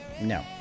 No